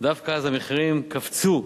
דווקא אז המחירים יקפצו.